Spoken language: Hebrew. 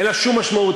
אין לה שום משמעות.